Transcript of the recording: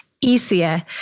easier